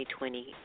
2020